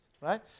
right